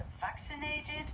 vaccinated